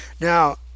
Now